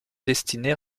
destiné